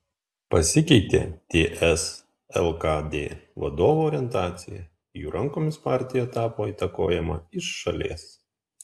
pasikeitė ts lkd vadovų orientacija jų rankomis partija tapo įtakojama iš šalies